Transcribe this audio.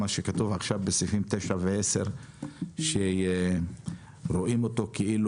מה שכתוב עכשיו בסעיפים 9 ו-10 שרואים אותו כאילו